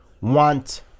want